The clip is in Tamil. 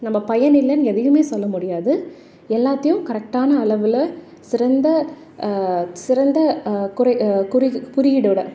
நம்ம பயன் இல்லைன்னு எதையுமே சொல்ல முடியாது எல்லாத்தையும் கரெக்டான அளவில் சிறந்த சிறந்த குறை குறி குறியீடோடு